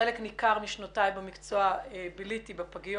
חלק ניכר משנותיי במקצוע ביליתי בפגיות